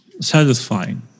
satisfying